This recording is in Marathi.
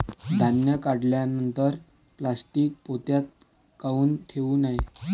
धान्य काढल्यानंतर प्लॅस्टीक पोत्यात काऊन ठेवू नये?